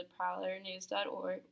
theprowlernews.org